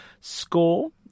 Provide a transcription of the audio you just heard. Score